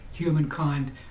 humankind